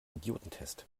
idiotentest